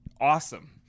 awesome